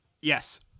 Yes